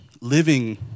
living